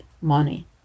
money